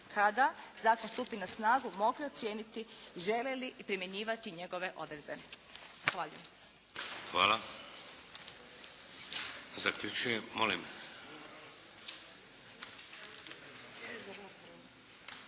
kada zakon stupi na snagu mogli ocijeniti žele li primjenjivati njegove odredbe. Zahvaljujem.